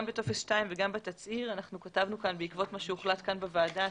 גם בטופס 2 וגם בתצהיר כתבנו בעקבות מה שהוחלט כאן בוועדה